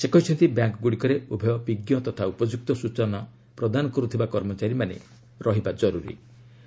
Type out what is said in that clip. ସେ କହିଛନ୍ତି ବ୍ୟାଙ୍କ୍ଗୁଡ଼ିକରେ ଉଭୟ ବିଜ୍ଞ ତଥା ଉପଯୁକ୍ତ ସୂଚନା ପ୍ରଦାନ କର୍ତ୍ତିବା କର୍ମଚାରୀମାନେ ରହିବା ଜର୍ରି